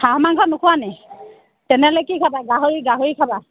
হাঁহ মাংস নোখোৱা নি তেনেহ'লে কি খাবা গাহৰি গাহৰি খাবা